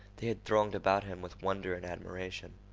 they had thronged about him with wonder and admiration.